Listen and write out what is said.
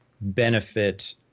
benefit